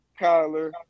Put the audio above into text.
Kyler